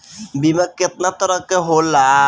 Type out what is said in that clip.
बीमा केतना तरह के होला?